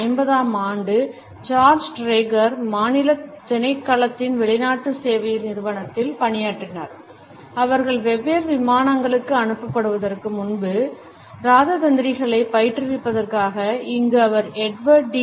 1950 ஆம் ஆண்டு George Trager மாநிலத் திணைக்களத்தின் வெளிநாட்டு சேவை நிறுவனத்தில் பணியாற்றினார் அவர்கள் வெவ்வேறு விமானங்களுக்கு அனுப்பப்படுவதற்கு முன்பு இராஜதந்திரிகளைப் பயிற்றுவிப்பதற்காக இங்கு அவர் எட்வர்ட் டி